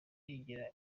yigira